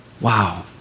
wow